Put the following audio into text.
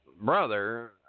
brother